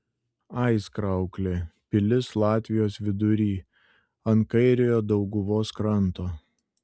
aizkrauklė pilis latvijos vidury ant kairiojo dauguvos kranto